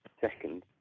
second